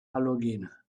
halogene